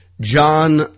John